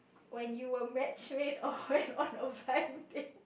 when you were match made or when on a blind date